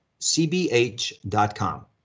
cbh.com